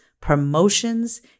promotions